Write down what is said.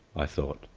i thought.